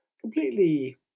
completely